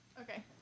Okay